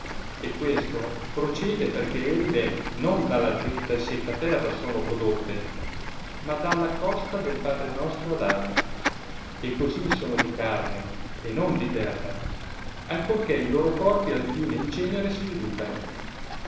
e questo prociede perchè elle non dalla trita e secca terra sono prodotte ma dalla costa del padre nostro adamo e così sono di carne e non di terra ancor che i loro corpi al fine in cenere si riducano